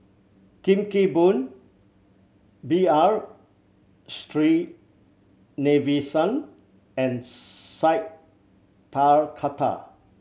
Kim Kee Boon B R and Sat Pal Khattar